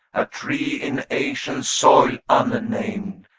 a tree in asian soil unnamed,